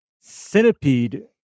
centipede